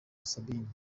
sabine